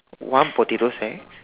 one potato sack